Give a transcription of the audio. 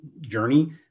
journey